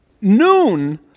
noon